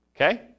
Okay